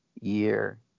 year